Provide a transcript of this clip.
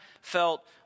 felt